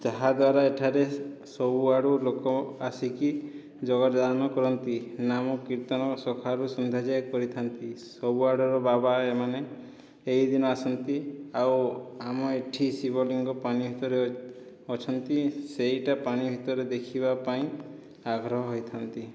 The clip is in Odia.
ତାହାଦ୍ଵାରା ଏଠାରେ ସବୁଆଡ଼ୁ ଲୋକ ଆସିକି ଯୋଗଦାନ କରନ୍ତି ନାମ କୀର୍ତ୍ତନ ସକାଳୁ ସନ୍ଧ୍ୟା ଯାଏଁ କରିଥାନ୍ତି ସବୁ ଆଡ଼ରୁ ବାବା ମାନେ ଏହିଦିନ ଆସନ୍ତି ଆଉ ଆମ ଏଠି ଶିବଲିଙ୍ଗ ପାଣି ଭିତରେ ଅଛନ୍ତି ସେଇଟା ପାଣି ଭିତରେ ଦେଖିବାପାଇଁ ଆଗ୍ରହ ହୋଇଥାନ୍ତି